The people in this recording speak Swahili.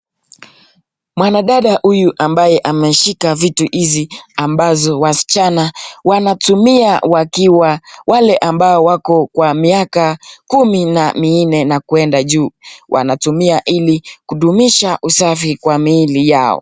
Mwanadada huyu ambaye ameshika vitu hizi ambazo wasichana wanatumia wakiwa wale ambao wako miaka kumi na minane na kuenda juu. Wanatumia hili kudumisha usafi kwa miili Yao.